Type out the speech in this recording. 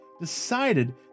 decided